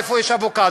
איפה יש אבוקדו?